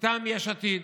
מטעם יש עתיד.